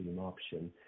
option